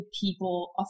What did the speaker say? people